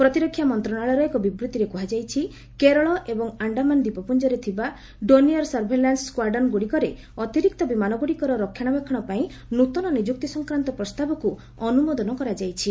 ପ୍ରତିରକ୍ଷା ମନ୍ତ୍ରଣାଳୟର ଏକ ବିବୃତ୍ତିରେ କୁହାଯାଇଛି କେରଳ ଏବଂ ଆଶ୍ଡାମାନ ଦ୍ୱୀପପୁଞ୍ଜରେ ଥିବା ଡୋନିୟର ସର୍ଭେଲାନ୍ନ ସ୍କାର୍ଡନ୍ ଗୁଡିକରେ ଅତିରିକ୍ତ ବିମାନଗୁଡିକର ରକ୍ଷଣାବେକ୍ଷଣ ପାଇଁ ନୂତନ ନିଯୁକ୍ତି ସଂକ୍ରାନ୍ତ ପ୍ରସ୍ତାବକୁ ଅନୁମୋଦନ କରାଯାଇଛି